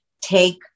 Take